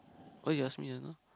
what you ask me just now